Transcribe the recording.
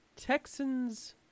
Texans